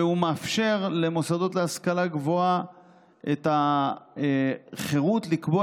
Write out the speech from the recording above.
והוא מאפשר למוסדות להשכלה גבוהה את החירות לקבוע